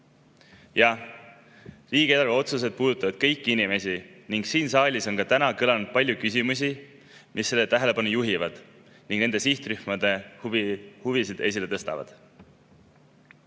riigieelarve otsused puudutavad kõiki inimesi. Siin saalis on ka täna kõlanud palju küsimusi, mis sellele tähelepanu juhivad ning nende sihtrühmade huvisid esile tõstavad.